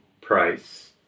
price